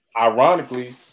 ironically